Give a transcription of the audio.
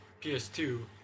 PS2